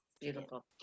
Beautiful